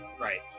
right